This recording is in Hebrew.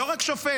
לא רק שופט,